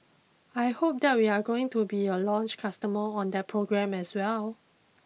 I hope that we're going to be a launch customer on that program as well